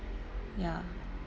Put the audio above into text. ya